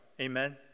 amen